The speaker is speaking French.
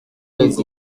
les